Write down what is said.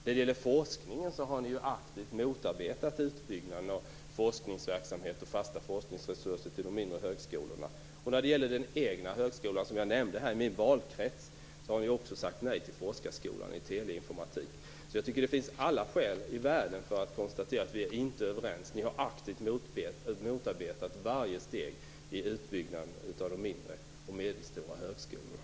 När det gäller forskningen har ni aktivt motarbetat utbyggnaden av forskningsverksamheten och detta med fasta forskningsresurser till de mindre högskolorna. När det gäller högskolan i min valkrets har ni, som jag tidigare nämnt, sagt nej till forskarskolan i teleinformatik. Jag tycker att det finns alla skäl i världen att konstatera att vi inte är överens. Ni har ju aktivt motarbetat varje steg i utbyggnaden av de mindre och medelstora högskolorna.